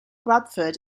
bradford